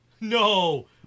No